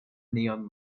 neon